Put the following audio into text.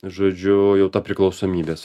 žodžiu jau ta priklausomybės